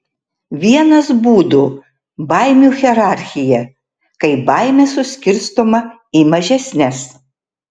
vienas būdų baimių hierarchija kai baimė suskirstoma į mažesnes